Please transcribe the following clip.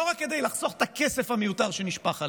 לא רק כדי לחסוך את הכסף המיותר שנשפך עליהם,